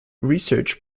research